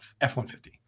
f-150